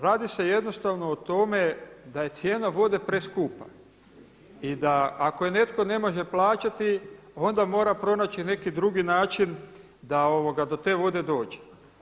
Radi se jednostavno o tome da je cijena vode preskupa i da ako je netko ne može plaćati onda mora pronaći neki drugi način da do te vode dođe.